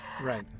right